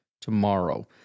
tomorrow